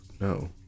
no